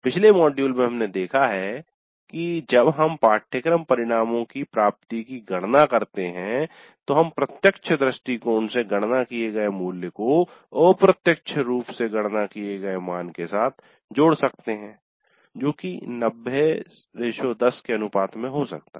पिछले मॉड्यूल में हमने देखा है कि जब हम पाठ्यक्रम परिणामों की प्राप्ति की गणना करते हैं तो हम प्रत्यक्ष दृष्टिकोण से गणना किए गए मूल्य को अप्रत्यक्ष रूप से गणना किए गए मान के साथ जोड़ सकते हैं जो 9010 के अनुपात में हो सकता है